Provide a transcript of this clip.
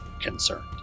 concerned